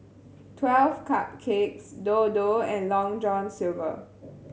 Twelve Cupcakes Dodo and Long John Silver